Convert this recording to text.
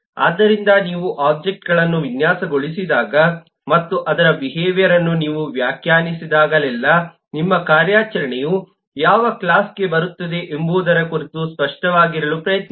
ಆದ್ದರಿಂದ ನೀವು ಒಬ್ಜೆಕ್ಟ್ಗಳನ್ನು ವಿನ್ಯಾಸಗೊಳಿಸಿದಾಗ ಮತ್ತು ಅದರ ಬಿಹೇವಿಯರ್ ಅನ್ನು ನೀವು ವ್ಯಾಖ್ಯಾನಿಸಿದಾಗಲೆಲ್ಲಾ ನಿಮ್ಮ ಕಾರ್ಯಾಚರಣೆಯು ಯಾವ ಕ್ಲಾಸ್ಗೆ ಬರುತ್ತದೆ ಎಂಬುದರ ಕುರಿತು ಸ್ಪಷ್ಟವಾಗಿರಲು ಪ್ರಯತ್ನಿಸಿ